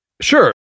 Sure